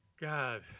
God